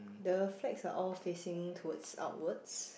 the flags are all facing towards outwards